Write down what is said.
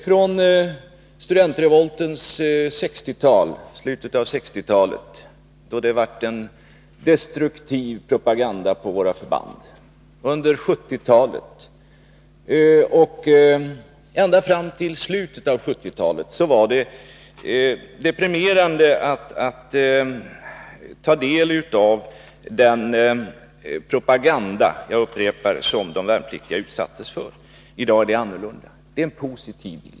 Under studentrevoltens tid i slutet av 1960-talet, började en destruktiv propaganda spridas på våra förband. Ända fram till slutet av 1970-talet var det deprimerande att ta del av den propaganda som de värnpliktiga utsattes för. I dag är förhållandena annorlunda. Bilden är nu positiv.